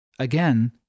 Again